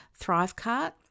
Thrivecart